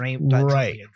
right